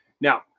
Now